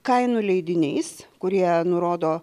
kainų leidiniais kurie nurodo